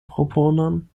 proponon